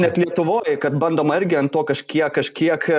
net lietuvoj kad bandoma irgi ant to kažkiek kažkiek